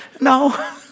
No